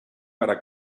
para